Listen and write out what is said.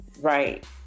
Right